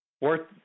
worth